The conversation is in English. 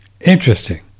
Interesting